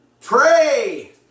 Pray